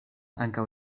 ankaŭ